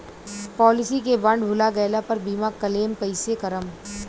Policy के bond भुला गैला पर बीमा क्लेम कईसे करम?